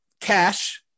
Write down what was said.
Cash